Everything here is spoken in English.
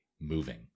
moving